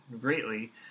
greatly